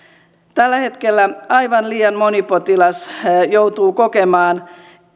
tällä hetkellä aivan liian moni potilas joutuu kokemaan